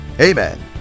amen